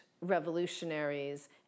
revolutionaries